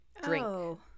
drink